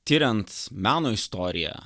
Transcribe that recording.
tiriant meno istoriją